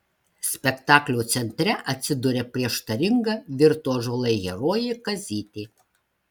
spektaklio centre atsiduria prieštaringa virto ąžuolai herojė kazytė